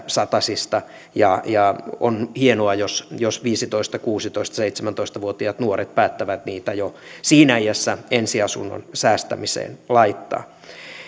satasista ja ja on hienoa jos jos viisitoista viiva seitsemäntoista vuotiaat nuoret päättävät niitä jo siinä iässä ensiasunnon säästämiseen laittaa